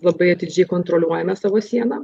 labai atidžiai kontroliuojame savo sieną